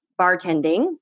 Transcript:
bartending